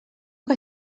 que